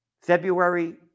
February